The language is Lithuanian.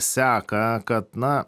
seką kad na